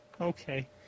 Okay